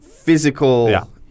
Physical